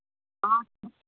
हाँ